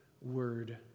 word